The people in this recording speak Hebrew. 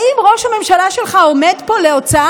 האם ראש הממשלה שלך עומד פה להוצאה